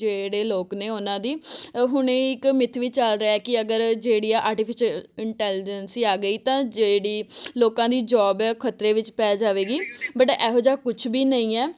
ਜਿਹੜੇ ਲੋਕ ਨੇ ਉਹਨਾਂ ਦੀ ਹੁਣ ਇਹ ਇੱਕ ਮਿੱਥ ਵੀ ਚੱਲ ਰਿਹਾ ਕਿ ਅਗਰ ਜਿਹੜੀ ਆਰਟੀਫਿਸ਼ਲ ਇੰਟੈਲੀਜੈਂਸੀ ਆ ਗਈ ਤਾਂ ਜਿਹੜੀ ਲੋਕਾਂ ਦੀ ਜੋਬ ਹੈ ਉਹ ਖ਼ਤਰੇ ਵਿੱਚ ਪੈ ਜਾਵੇਗੀ ਬਟ ਇਹੋ ਜਿਹਾ ਕੁਛ ਵੀ ਨਹੀਂ ਹੈ